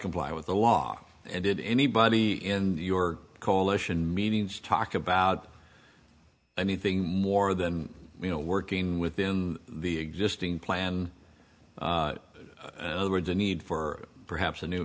comply with the law and did anybody in your coalition meetings talk about anything more than you know working within the existing plan other words a need for perhaps a new